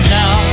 now